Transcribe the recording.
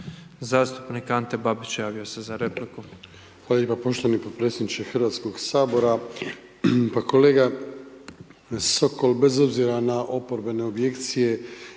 Zastupnik Stjepan Čuraj javio se za repliku.